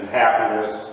happiness